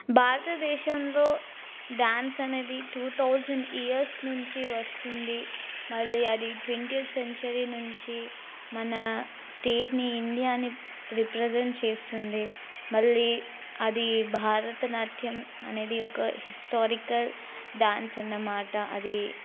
భారతదేశంలో డ్యాన్స్ అనేది two thousand years నుంచి వస్తుంది మళ్ళీ అది ట్వెంటీయేత్ సెంచురీ నుంచి మన స్టేట్ని ఇండియాని రిప్రెసెంట్ చేస్తుంది మళ్ళీ అది భరతనాట్యం అనేది ఒక హిస్టరికల్ డ్యాన్స్ అనమాట అది